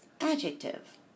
adjective